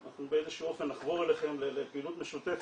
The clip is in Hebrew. אנחנו באיזה שהוא אופן נחבור אליכם לפעילות משותפת,